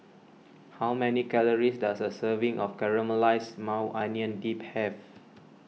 how many calories does a serving of Caramelized Maui Onion Dip have